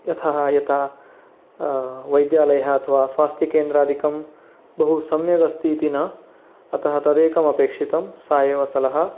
यथः यथा वैद्यालयः अथवा स्वास्थ्यकेन्द्रादिकं बहु सम्यगस्तीति न अतः तदेकम् अपेक्षितम् सा एव सलहा